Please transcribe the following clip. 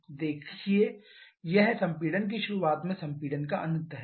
देखेो यह संपीड़न की शुरुआत में संपीड़न का अंत है